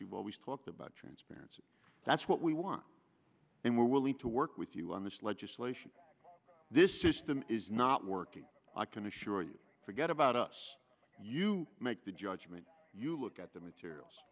you've always talked about transparency that's what we want and we're willing to work with you on this legislation this system is not working i can assure you forget about us you make the judgment you look at the materials